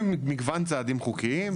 יש מגוון צעדים חוקיים,